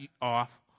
off